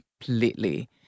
completely